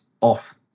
off